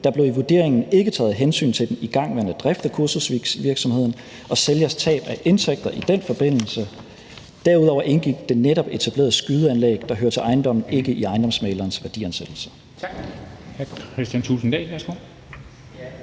Der blev i vurderingen ikke taget hensyn til den igangværende drift af kursusvirksomheden og sælgers tab af indtægter i den forbindelse. Derudover indgik det netop etablerede skydeanlæg, der hører til ejendommen, ikke i ejendomsmæglerens værdiansættelse.